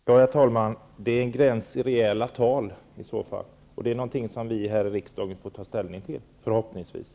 Herr talman! Det är en gräns i reella tal i så fall. Det är någonting som vi här i riksdagen förhoppningsvis skall få ta ställning till.